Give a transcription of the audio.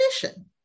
definition